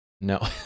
no